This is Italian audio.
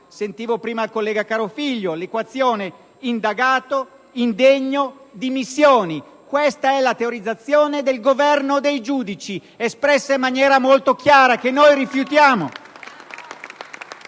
sentito dal collega Carofiglio l'equazione indagato-indegno-dimissioni: questa è la teorizzazione del governo dei giudici, espressa in maniera molto chiara, che noi rifiutiamo.